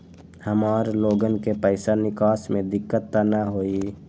हमार लोगन के पैसा निकास में दिक्कत त न होई?